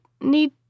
need